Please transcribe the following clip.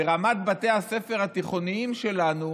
ברמת בתי הספר התיכוניים שלנו